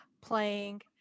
playing